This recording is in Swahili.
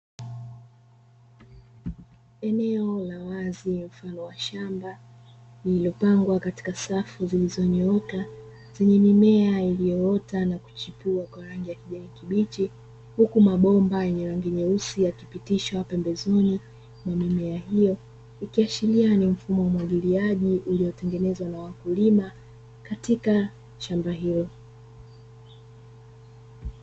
Eneo la wazi mfano wa shamba lililopangwa katika safu zilizonyooka, zenye mimea iliyoota na kuchipua kwa rangi ya kijani kibichi, huku mabomba yenye rangi nyeusi akipitishwa pembezoni kwa mimea hiyo ikiashiria ni mfumo wa umwagiliaji uliotengenezwa na wakulima katika shamba hilo.